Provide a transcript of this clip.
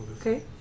Okay